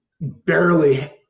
barely